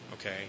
okay